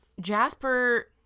Jasper